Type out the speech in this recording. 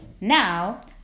Now